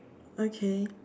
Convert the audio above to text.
okay